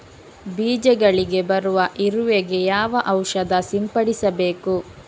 ಬೀಜಗಳಿಗೆ ಬರುವ ಇರುವೆ ಗೆ ಯಾವ ಔಷಧ ಸಿಂಪಡಿಸಬೇಕು?